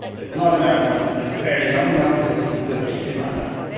it's not a marathon. it's barely long enough to listen to the weekly roundup.